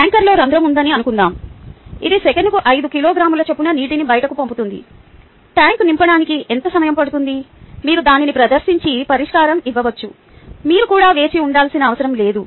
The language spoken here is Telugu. ట్యాంకర్లో రంధ్రం ఉందని అనుకుందాం ఇది సెకనుకు 5 కిలోగ్రాముల చొప్పున నీటిని బయటకు పంపుతుంది ట్యాంక్ నింపడానికి ఎంత సమయం పడుతుంది మీరు దానిని ప్రదర్శించి పరిష్కారం ఇవ్వవచ్చు మీరు కూడా వేచి ఉండాల్సిన అవసరం లేదు